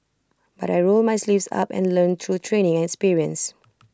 but I rolled my sleeves up and learnt through training and experience